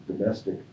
domestic